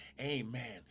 Amen